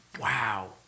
wow